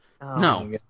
No